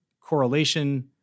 correlation